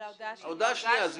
על ההודעה השנייה.